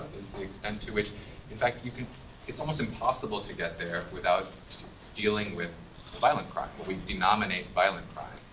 is the extent to which in fact, you can it's almost impossible to get there without dealing with violent crime. but we denominate violent crime,